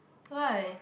why